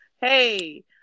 Hey